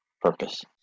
purpose